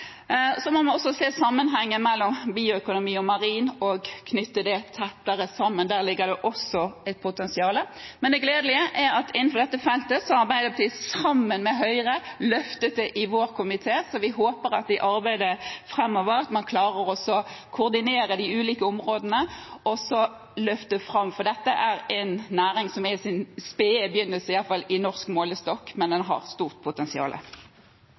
Så må man også se sammenhengen mellom bioøkonomi og marin næring og knytte dette tettere sammen. Der ligger det også et potensial. Det gledelige er at innenfor dette feltet har Arbeiderpartiet, sammen med Høyre, løftet dette i vår komité. Så vi håper at man i arbeidet framover klarer å koordinere de ulike områdene og løfte dem fram, for dette er en næring som er i sin spede begynnelse, iallfall i norsk målestokk, men den har stort